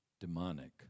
demonic